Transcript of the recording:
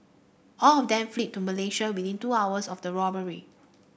all of them fled to Malaysia within two hours of the robbery